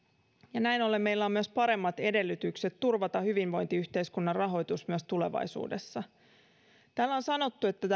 ja näin ollen meillä on myös paremmat edellytykset turvata hyvinvointiyhteiskunnan rahoitus myös tulevaisuudessa täällä on sanottu että